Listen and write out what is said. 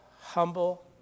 humble